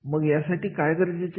मग यासाठी काय गरजेचे आहे